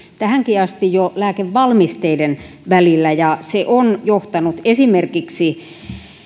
tähänkin asti jo lääkevalmisteiden välillä ja se on johtanut esimerkiksi